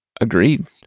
Agreed